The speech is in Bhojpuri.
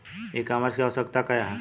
ई कॉमर्स की आवशयक्ता क्या है?